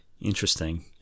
interesting